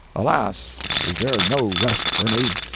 alas, is there no rest for me?